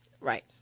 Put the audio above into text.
Right